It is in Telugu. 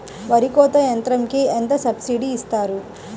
వరి కోత యంత్రంకి ఎంత సబ్సిడీ ఇస్తారు?